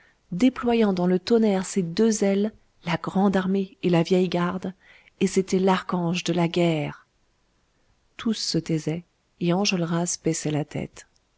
déployant dans le tonnerre ses deux ailes la grande armée et la vieille garde et c'était l'archange de la guerre tous se taisaient et enjolras baissait la tête